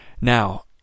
Now